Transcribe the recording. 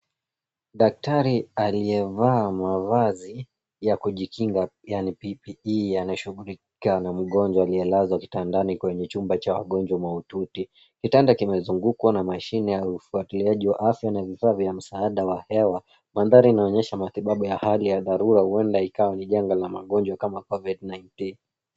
Daktari aliyevaa mavazi ya kujikinga, yaani PPE , anashughulika na mgonjwa aliyelazwa kitandani kwenye chumba cha wagonjwa mahututi. Kitanda kimezungukwa na mashine ya ufuatiliaji wa afya na vifaa vya msaada wa hewa. Mandhari inaonyesha matibabu ya hali ya dharura, huenda ikawa ni janga la magonjwa kama Covid-19 .